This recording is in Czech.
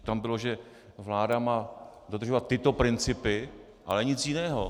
Tam bylo, že vláda má dodržovat tyto principy, ale nic jiného.